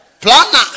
planner